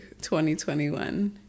2021